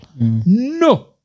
No